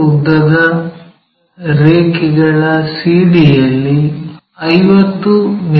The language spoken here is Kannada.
ಉದ್ದದ ರೇಖೆಗಳ CD ಯಲ್ಲಿ 50 ಮಿ